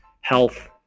health